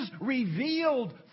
revealed